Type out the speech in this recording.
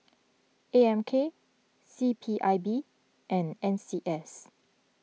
A M K C P I B and N C S